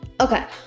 okay